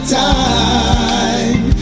time